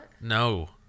No